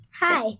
Hi